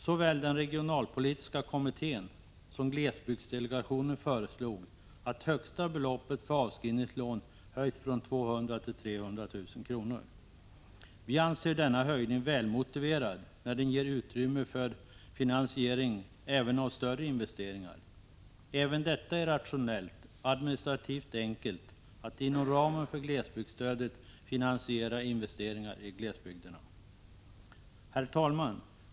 Såväl den regionalpolitiska kommittén som glesbygdsdelegationen föreslog att högsta beloppet för avskrivningslån höjs från 200 000 kr. till 300 000 kr. Vi anser denna höjning välmotiverad när den ger utrymme för finansieringen även av större investeringar. Även detta är rationellt och administrativt enkelt att inom ramen för glesbygdsstödet finansiera investeringar i glesbygderna. Herr talman!